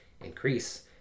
increase